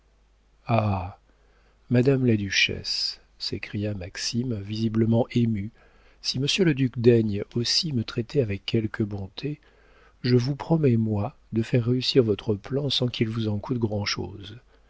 madame la duchesse s'écrie maxime visiblement ému si monsieur le duc daigne aussi me traiter avec quelque bonté je vous promets moi de faire réussir votre plan sans qu'il vous en coûte grand'chose